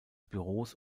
büros